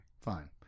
fine